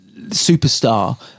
superstar